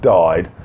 died